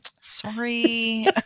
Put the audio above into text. sorry